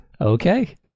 Okay